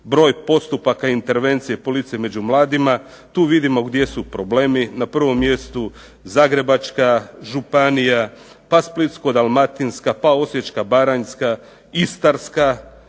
broj postupaka intervencije policije među mladima. Tu vidimo gdje su problemi. Na prvom mjestu Zagrebačka županija, pa Splitsko-dalmatinska, pa Osječko-baranjska, Istarska,